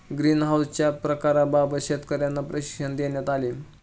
ग्रीनहाउसच्या प्रकारांबाबत शेतकर्यांना प्रशिक्षण देण्यात आले